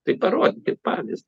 tai parodykit pavyz